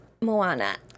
Moana